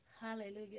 Hallelujah